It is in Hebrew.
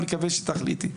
אני מקווה שתחליטי.